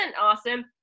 awesome